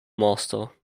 master